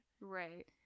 Right